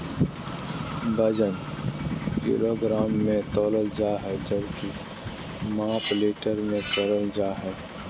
वजन किलोग्राम मे तौलल जा हय जबकि माप लीटर मे करल जा हय